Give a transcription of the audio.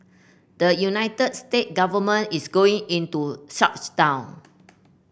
the United States government is going into shutdown